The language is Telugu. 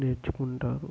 నేర్చుకుంటారు